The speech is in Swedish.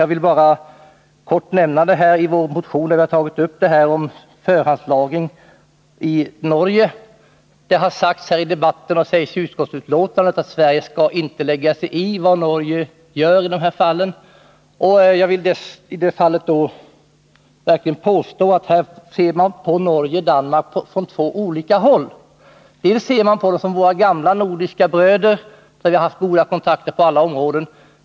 Jag vill bara kort nämna att vi i vår motion tagit upp förhandslagringen i Norge. Det har här i debatten och i betänkandet sagts att Sverige inte skall lägga sigi vad Norge gör i dessa avseenden. Jag vill då påstå att det finns anledning att se på Norge och Danmark från två olika håll. I betänkandet ser man på dem som våra gamla nordiska bröder som vi haft goda kontakter med på alla områden.